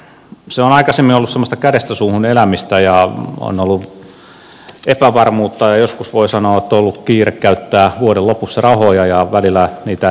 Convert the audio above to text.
se on aikaisemmin ollut semmoista kädestä suuhun elämistä ja on ollut epävarmuutta ja joskus voi sanoa on ollut kiire käyttää vuoden lopussa rahoja ja välillä niitä ei ole ollut